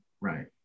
right